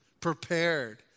prepared